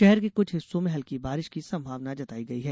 शहर के कुछ हिस्सों में हल्की बारिश की संभावना जताई गई है